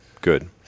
good